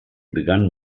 begann